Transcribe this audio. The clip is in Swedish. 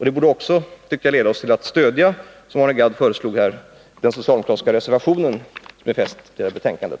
Det borde leda oss till att, såsom Arne Gadd föreslog, stödja den socialdemokratiska reservationen 1, som är fogad till det här betänkandet.